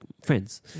friends